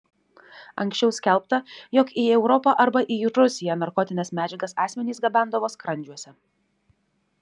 anksčiau skelbta jog į europą arba į rusiją narkotines medžiagas asmenys gabendavo skrandžiuose